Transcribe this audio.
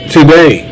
Today